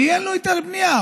כי אין לו היתר בנייה.